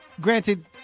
granted